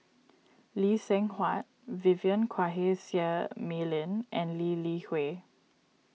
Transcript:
Lee Seng Huat Vivien Quahe Seah Mei Lin and Lee Li Hui